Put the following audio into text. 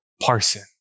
parson